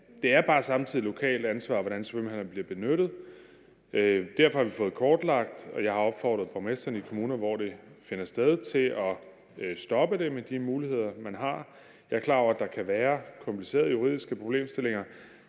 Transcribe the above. Det er bare samtidig et lokalt ansvar, hvordan svømmehallerne bliver benyttet. Derfor har vi fået det kortlagt, og jeg har opfordret borgmestrene i kommuner, hvor det finder sted, til at stoppe det med de muligheder, man har. Jeg er klar over, at der kan være komplicerede juridiske problemstillinger